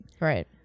right